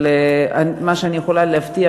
אבל מה שאני יכולה להבטיח,